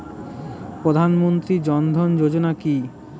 প্রধান মন্ত্রী জন ধন যোজনা কি?